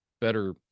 better